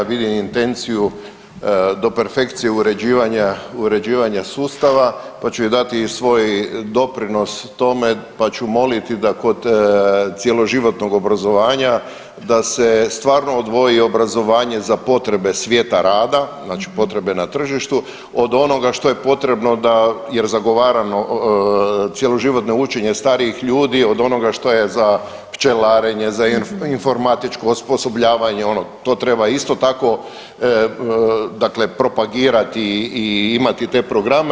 Vidim intenciju do perfekcije uređivanja sustava, pa ću dati i svoj doprinos tome, pa ću moliti da kod cjeloživotnog obrazovanja da se stvarno odvoji obrazovanje za potrebe svijeta rada znači potrebe na tržištu od onoga što je potrebno jer zagovaramo cjeloživotno učenje starijih ljudi od onoga što je za pčelarenje, za informatičko osposobljavanje to treba isto tako dakle propagirati i imati te programe.